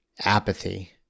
apathy